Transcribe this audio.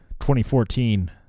2014